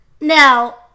now